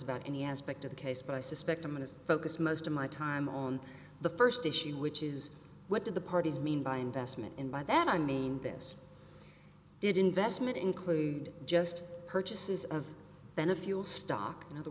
about any aspect of the case but i suspect i'm going to focus most of my time on the first issue which is what did the parties mean by investment in by that i mean this did investment include just purchases of ben a fuel stock in other